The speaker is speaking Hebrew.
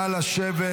נא לשבת,